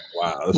Wow